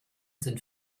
sind